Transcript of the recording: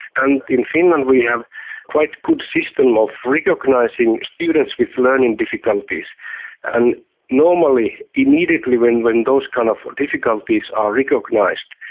and in finland we have quite good system of recognising students with learning difficulties and normally immediately when when those kind of difficulties are recognised,